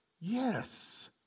Yes